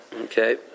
Okay